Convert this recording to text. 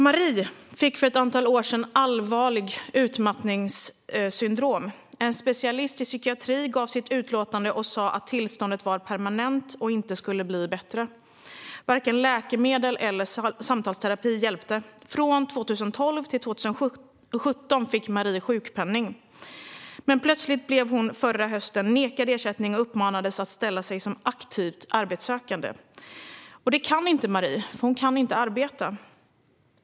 Marie fick för ett antal år sedan allvarligt utmattningssyndrom. En specialist i psykiatri gav sitt utlåtande och sa att tillståndet var permanent och inte skulle bli bättre. Varken läkemedel eller samtalsterapi hjälpte. Från 2012 till 2017 fick Marie sjukpenning. Men plötsligt blev hon förra hösten nekad ersättning och uppmanades att ställa sig som aktivt arbetssökande. Det kan inte Marie, eftersom hon inte kan arbeta.